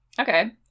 Okay